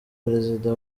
perezida